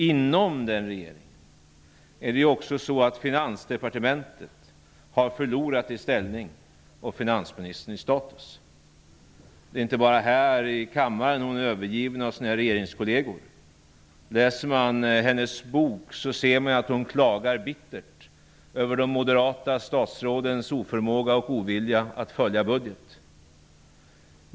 Inom regeringen har Finansdepartementet förlorat i ställning och finansministern i status. Det är inte bara här i kammaren som finansministern är övergiven av sina regeringskolleger. Om man läser hennes bok, finner man att hon klagar bittert över de moderata statsrådens oförmåga och ovilja att följa budgeten.